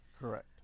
Correct